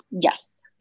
Yes